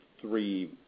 Three